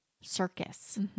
circus